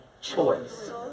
choice